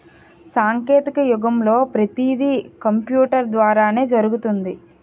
సాంకేతిక యుగంలో పతీది కంపూటరు ద్వారానే జరుగుతుంది